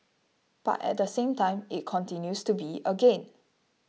but at the same time it continues to be a gain